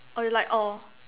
orh you like all